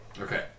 Okay